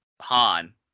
Han